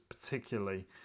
particularly